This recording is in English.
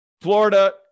Florida